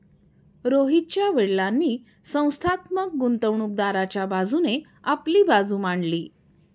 रोहितच्या वडीलांनी संस्थात्मक गुंतवणूकदाराच्या बाजूने आपली बाजू मांडली